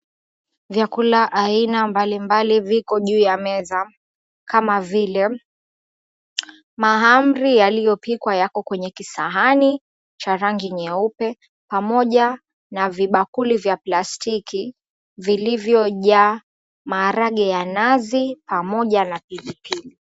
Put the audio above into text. Vyakula aina mbalimbali viko juu ya meza kama vile mahamri yaliyopikwa yako kwenye kisahani cha rangi nyeupe pamoja na vibakuli vya plastiki vilivyojaa maharage ya nazi pamoja na pilipili.